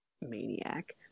maniac